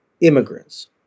immigrants